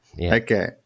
Okay